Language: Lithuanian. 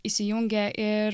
įsijungia ir